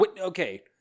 Okay